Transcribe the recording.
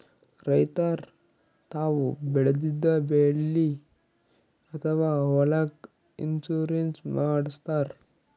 ರೈತರ್ ತಾವ್ ಬೆಳೆದಿದ್ದ ಬೆಳಿ ಅಥವಾ ಹೊಲಕ್ಕ್ ಇನ್ಶೂರೆನ್ಸ್ ಮಾಡಸ್ತಾರ್